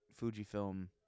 Fujifilm